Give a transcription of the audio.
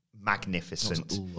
magnificent